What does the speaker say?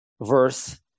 verse